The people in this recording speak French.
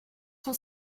sont